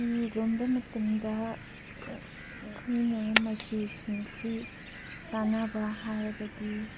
ꯐꯤ ꯂꯣꯟꯕ ꯃꯇꯝꯗ ꯑꯩꯈꯣꯏꯅ ꯃꯆꯨꯁꯤꯡꯁꯤ ꯆꯥꯟꯅꯕ ꯍꯥꯏꯔꯒꯗꯤ